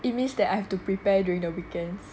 it means that I have to prepare during the weekends